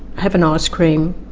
have an ice-cream,